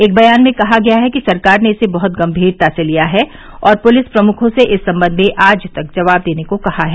एक बयान में कहा गया है कि सरकार ने इसे बहत गंभीरता से लिया है और पुलिस प्रमुखों से इस संबंध में आज तक जवाब देने को कहा है